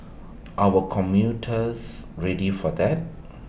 our commuters ready for that